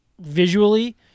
visually